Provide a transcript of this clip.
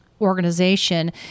organization